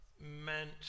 meant